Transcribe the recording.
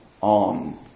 on